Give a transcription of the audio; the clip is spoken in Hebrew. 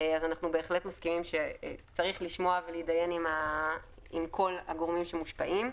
ואנחנו בהחלט מסכימים שצריכים לשמוע ולהתדיין עם כל הגורמים שמושפעים.